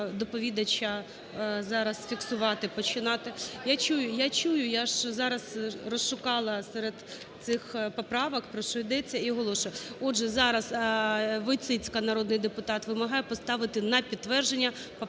Я чую, я ж зараз розшукала серед цих поправок, про що йдеться, і оголошую. Отже, зараз Войціцька народний депутат вимагає поставити на підтвердження поправку